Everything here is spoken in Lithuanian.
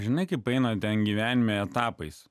žinai kaip eina ten gyvenime etapais